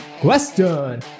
question